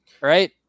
right